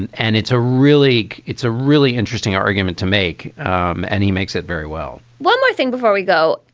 and and it's a really it's a really interesting argument to make um and he makes it very well one more thing before we go.